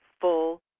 full